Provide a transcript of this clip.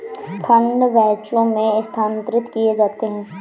fund बैचों में स्थानांतरित किए जाते हैं